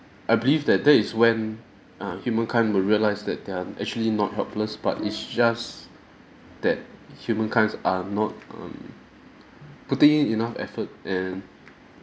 I believe that that is when err humankind will realise that they're actually not helpless but it's just that humankind's are not um putting in enough effort and